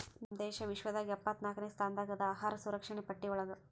ನಮ್ ದೇಶ ವಿಶ್ವದಾಗ್ ಎಪ್ಪತ್ನಾಕ್ನೆ ಸ್ಥಾನದಾಗ್ ಅದಾ ಅಹಾರ್ ಸುರಕ್ಷಣೆ ಪಟ್ಟಿ ಒಳಗ್